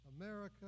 America